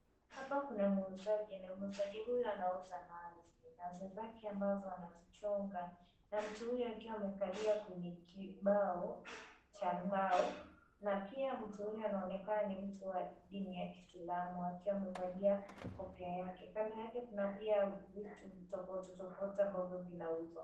Hapa kuna muuzaji na muuzaji huyu anauza nazi. Nazi zake ambazo anazichonga. Na mtu huyu akiwa amekalia kwenye kibao cha mbao na pia mtu huyu anaonekana ni mtu wa dini ya kiislamu akiwa amevalia kofia yake. Kando yake kuna pia vitu tofauti tofauti ambavyo vinauzwa.